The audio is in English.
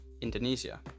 indonesia